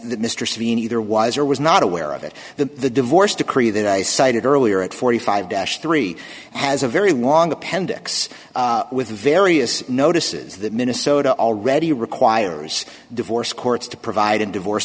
that mr savina either was or was not aware of it the divorce decree that i cited earlier at forty five dash three has a very long appendix with the various notices that minnesota already requires divorce courts to provide and divorce